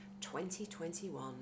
2021